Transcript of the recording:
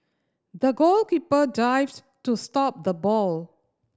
the goalkeeper dived to stop the ball